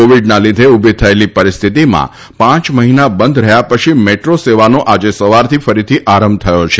કોવિડના લીધે ઉભી થયેલી પરિસ્થિતિમાં પાંચ મહિના બંધ રહ્યા પછી મેટ્રો સેવાનો આજે સવારથી ફરીથી આરંભ થયો છે